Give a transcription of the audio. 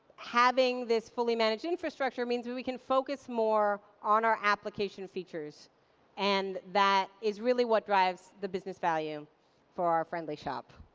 having this fully managed infrastructure means we we can focus more on our application features and that is really what drives the business value for our friendly shop.